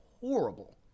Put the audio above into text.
horrible